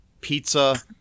pizza